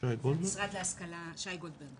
ריכוז הנתונים שאספנו במהלך שלושת החודשים יוני-יולי-אוגוסט,